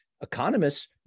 economists